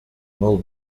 mill